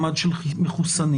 אבקש את עמדתכם.